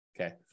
Okay